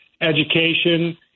education